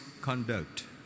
conduct